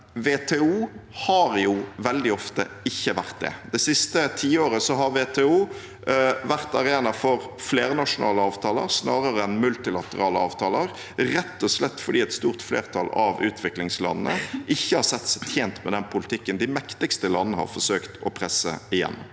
WTO har jo veldig ofte ikke vært det. Det siste tiåret har WTO vært arena for flernasjonale avtaler snarere enn multilaterale avtaler, rett og slett fordi et stort flertall av utviklingslandene ikke har sett seg tjent med den politikken de mektigste landene har forsøkt å presse igjennom.